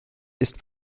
ist